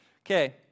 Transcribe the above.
Okay